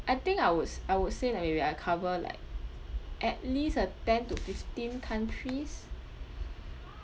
I think I would s~ I would say like maybe I cover like at least uh ten to fifteen countries